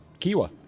Kiwa